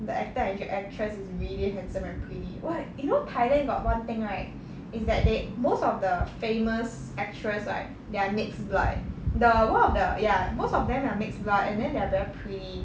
the actor and actress is really handsome and pretty !wah! you know thailand got one thing right is that they most of the famous actress right they are mixed blood eh the one of the ya most of them are mixed blood and then they are very pretty